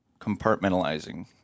compartmentalizing